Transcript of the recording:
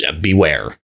beware